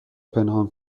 پنهان